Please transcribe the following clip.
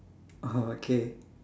oh okay